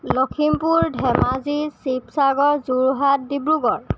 Lakhimpur Dhemaji Sivasagar Jorhat Dibrugarh